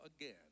again